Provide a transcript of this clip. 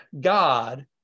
God